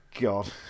God